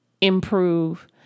improve